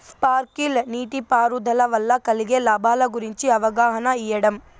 Sprinkle నీటిపారుదల వల్ల కలిగే లాభాల గురించి అవగాహన ఇయ్యడం?